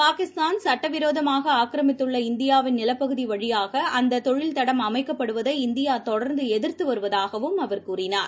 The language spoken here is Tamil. பாகிஸ்தான் சட்டவிரோதமாகஆக்கிரமித்துள்ள இந்தியாவின் நிலப்பகுதிவழியாகஅந்ததொழில்தடம் அமைக்கப்படுவதை இந்தியாதொடர்ந்துஎதிர்த்துவருவதாகவும் அவர் கூறினார்